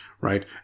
right